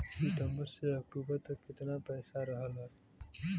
सितंबर से अक्टूबर तक कितना पैसा रहल ह?